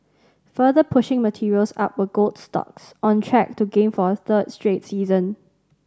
further pushing materials up were gold stocks on track to gain for a third straight session